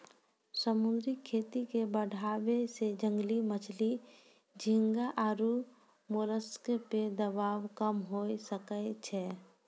समुद्री खेती के बढ़ाबै से जंगली मछली, झींगा आरु मोलस्क पे दबाब कम हुये सकै छै